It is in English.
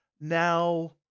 now